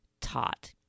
taught